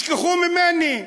ישכחו ממני.